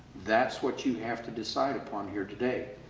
that's what you have to decide upon here today.